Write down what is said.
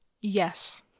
yes